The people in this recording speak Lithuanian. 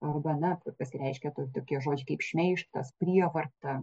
arba na pasireiškė ten tokie žodžiai kaip šmeižtas prievarta